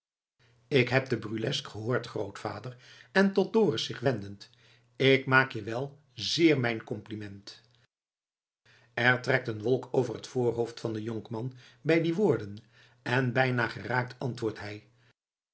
ik heb de burlesque gehoord grootvader en tot dorus zich wendend ik maak je wel zeer mijn compliment er trekt een wolk over t voorhoofd van den jonkman bij die woorden en bijna geraakt antwoordt hij